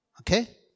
Okay